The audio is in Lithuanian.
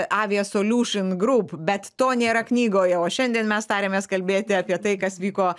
avia solution group bet to nėra knygoje o šiandien mes tarėmės kalbėti apie tai kas vyko